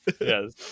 Yes